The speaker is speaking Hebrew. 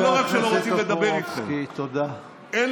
זה לא רק שלא רוצים לדבר איתכם, איזה פנסיה?